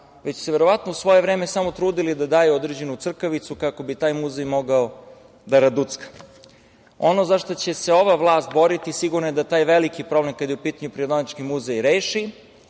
već su se verovatno u svoje vreme samo trudili da daju određenu crkavicu kako bi taj muzej mogao da raducka. Ono za šta će se ova vlast boriti sigurno da je da taj veliki problem, kada je u pitanju Prirodnjački muzej, reši.